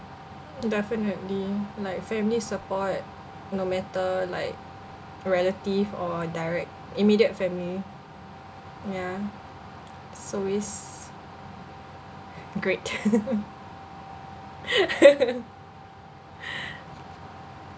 definitely like family support no matter like relative or direct immediate family ya it's always great